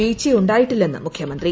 വീഴ്ച ഉണ്ടായിട്ടില്ലെന്ന് മുഖ്യമന്ത്രി